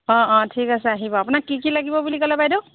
অ' অ' ঠিক আছে আহিব আপোনাক কি কি লাগিব বুলি ক'লে বাইদেউ